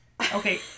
Okay